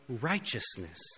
righteousness